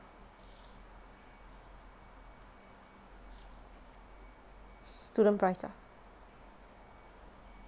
student price ah